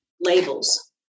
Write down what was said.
labels